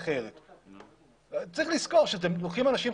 לצו הנוהל,